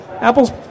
Apple's